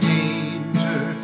danger